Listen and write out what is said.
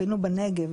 בנגב,